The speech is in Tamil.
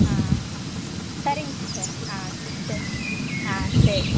ஆ சரிங்க சார் ஆ சரி ஆ சரி